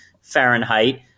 Fahrenheit